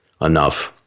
enough